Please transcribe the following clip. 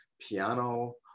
piano